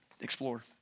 explore